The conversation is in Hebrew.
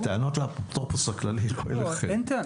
הטענות לאפוטרופוס הכללי, לא אליכם.